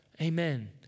Amen